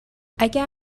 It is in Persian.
اگر